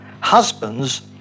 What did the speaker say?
Husbands